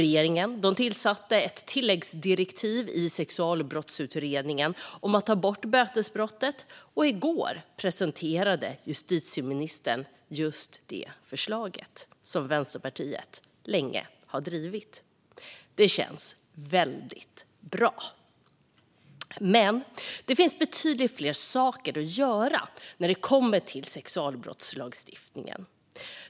Regeringen beslutade om ett tilläggsdirektiv till Sexualbrottsutredningen om att ta bort bötesbrottet, och i går presenterade justitieministern just det förslag som Vänsterpartiet länge har drivit. Det känns väldigt bra. Men det finns betydligt mer att göra när det kommer till sexualbrottslagstiftningen.